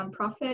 nonprofit